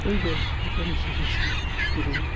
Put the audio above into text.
এই গল্প থেকে আমি শিখেছি যে